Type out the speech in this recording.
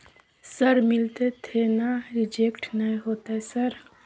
Sir मिलते थे ना रिजेक्ट नय होतय सर?